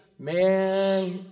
Man